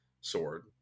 Sword